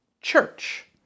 church